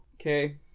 Okay